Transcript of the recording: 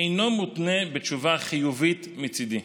אינו מותנה בתשובה חיובית מצידי,